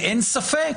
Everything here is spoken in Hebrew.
ואין ספק